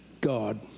God